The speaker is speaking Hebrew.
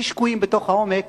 הכי שקועים בתוך העומק,